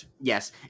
Yes